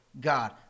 God